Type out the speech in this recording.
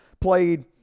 played